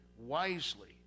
wisely